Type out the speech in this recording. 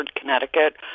Connecticut